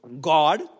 God